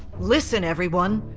listen, everyone,